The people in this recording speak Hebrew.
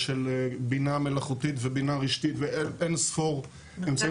של בינה מלאכותית ובינה רשתית ואין ספור אמצעים